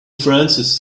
francis